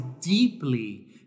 deeply